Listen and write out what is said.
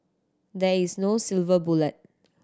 there is no silver bullet